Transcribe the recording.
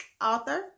author